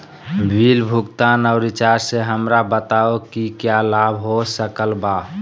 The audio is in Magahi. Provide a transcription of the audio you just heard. बिल भुगतान और रिचार्ज से हमरा बताओ कि क्या लाभ हो सकल बा?